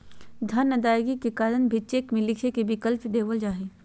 धन अदायगी के कारण भी चेक में लिखे के विकल्प देवल जा हइ